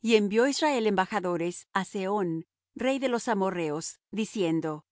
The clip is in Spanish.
y envió israel embajadores á sehón rey de los amorrheos diciendo